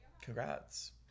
Congrats